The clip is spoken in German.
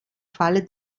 falle